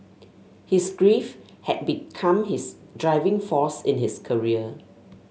his grief had become his driving force in his career